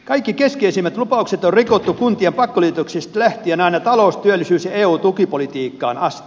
kaikki keskeisimmät lupaukset on rikottu kuntien pakkoliitoksista lähtien aina talous työllisyys ja eu tukipolitiikkaan asti